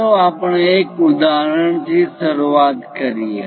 ચાલો આપણે એક ઉદાહરણ થી શરૂઆત કરીએ